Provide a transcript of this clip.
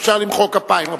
אפשר למחוא כפיים, רבותי.